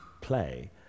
play